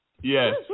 Yes